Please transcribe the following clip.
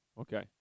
Okay